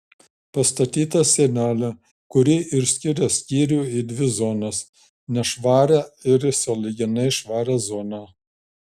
pastatyta sienelė kuri ir skiria skyrių į dvi zonas nešvarią ir į sąlyginai švarią zoną